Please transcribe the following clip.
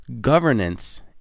Governance